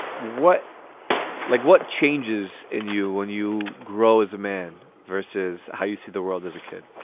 what like what changes in you when you grow as a man versus how you see the world as a kid?